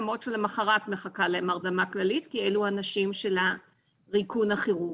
למרות שלמחרת מחכה להן הרדמה כללית משום שאלו הנשים של הריקון הכירורגי.